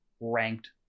ranked